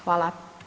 Hvala.